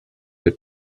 the